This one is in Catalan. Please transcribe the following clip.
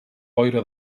boira